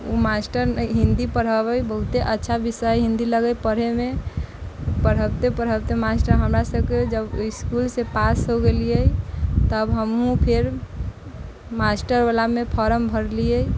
ओ master Hindi पढ़ाबै बहुते अच्छा विषय हिन्दी लगै पढ़ैमे पढ़बैते पढ़बैते मास्टर हमरा सबके जब इसकुलसँ पास हो गेलिए तब हमहूँ फेर मास्टरवलामे फोरम भरलिए